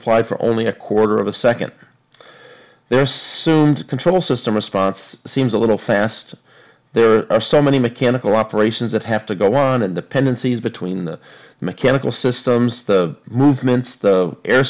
apply for only a quarter of a second there is soon to control system response seems a little fast there are so many mechanical operations that have to go on a dependencies between the mechanical systems the movements the air